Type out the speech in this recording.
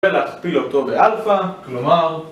ולהכפיל אותו באלפא, כלומר...